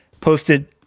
posted